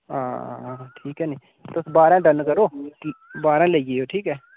हां ठीक ऐ निं तुस बारां डन करो ते बारां लेई जाएओ ठीक ऐ